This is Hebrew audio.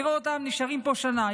נראה אותם נשארים פה שנה,